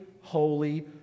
holy